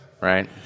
Right